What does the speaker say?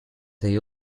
they